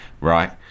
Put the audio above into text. right